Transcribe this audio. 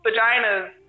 vaginas